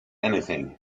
anything